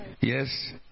Yes